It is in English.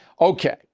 Okay